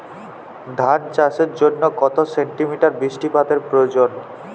ধান চাষের জন্য কত সেন্টিমিটার বৃষ্টিপাতের প্রয়োজন?